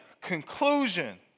conclusion